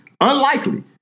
Unlikely